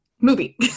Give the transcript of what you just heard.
movie